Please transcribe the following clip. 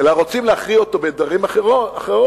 אלא רוצים להכריע אותו בדרכים אחרות,